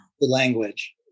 language